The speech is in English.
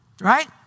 right